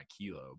kilo